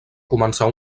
començar